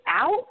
out